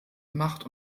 macht